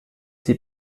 sie